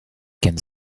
can